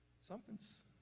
Something's